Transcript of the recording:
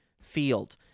field